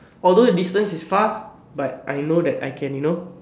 although the distance is far but I know that I can you know